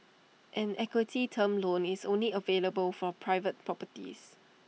an equity term loan is only available for private properties